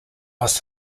was